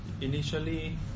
initially